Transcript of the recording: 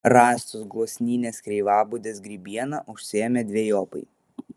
rąstus gluosninės kreivabudės grybiena užsėjame dvejopai